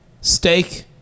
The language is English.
steak